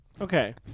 Okay